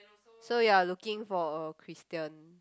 so you are looking for a Christian